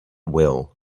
will